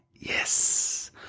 Yes